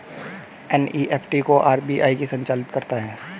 NEFT को RBI ही संचालित करता है